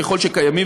ככל שקיימים,